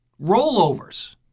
rollovers